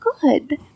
good